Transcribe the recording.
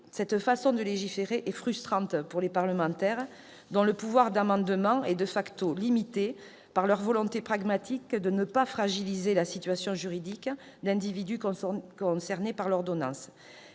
cette façon de légiférer est frustrante pour les parlementaires, dont le pouvoir d'amendement se trouve limité par leur volonté pragmatique de ne pas fragiliser la situation juridique d'individus concernés par l'ordonnance.